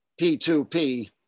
P2P